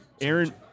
Aaron